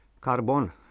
Carbon